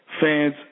Fans